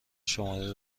شماره